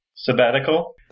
Sabbatical